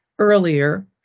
earlier